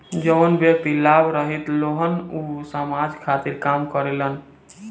जवन व्यक्ति लाभ रहित होलन ऊ समाज खातिर काम करेलन